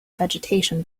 vegetation